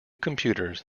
computers